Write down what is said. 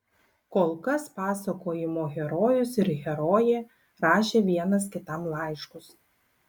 kol kas pasakojimo herojus ir herojė rašė vienas kitam laiškus